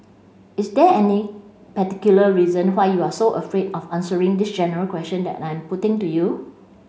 is there any particular reason why you are so afraid of answering this general question that I'm putting to you